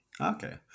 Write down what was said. Okay